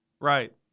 Right